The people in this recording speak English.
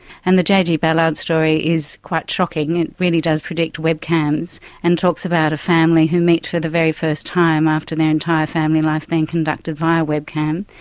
and the jg ballard story is quite shocking, it really does predict webcams and talks about a family who meet the very first time after their entire family life being conducted via webcam.